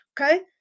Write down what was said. okay